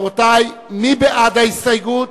רבותי, מי בעד ההסתייגות?